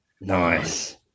Nice